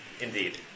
Indeed